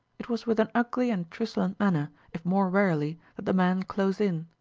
it was with an ugly and truculent manner, if more warily, that the man closed in.